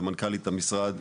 ומנכ"לית המשרד,